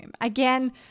Again